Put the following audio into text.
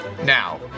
Now